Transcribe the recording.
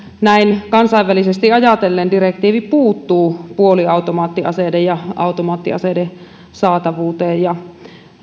näin kansainvälisesti ajatellen direktiivi puuttuu puoliautomaattiaseiden ja automaattiaseiden saatavuuteen ja